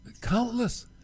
countless